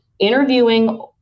interviewing